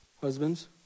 Husbands